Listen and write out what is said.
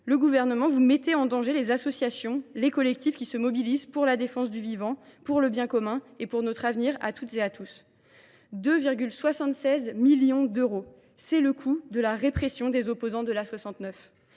le Gouvernement met en danger les associations, les collectifs qui se mobilisent pour la défense du vivant, pour le bien commun et pour notre avenir à toutes et à tous. 2,76 millions d’euros, c’est le coût de la répression des opposants à l’A69.